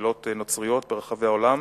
וקהילות נוצריות ברחבי העולם,